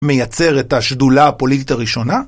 מייצר את השדולה הפוליטית הראשונה